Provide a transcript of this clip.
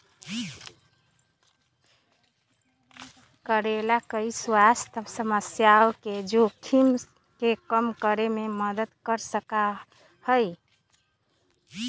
करेला कई स्वास्थ्य समस्याओं के जोखिम के कम करे में मदद कर सका हई